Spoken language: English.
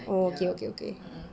oh okay okay okay